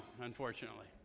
unfortunately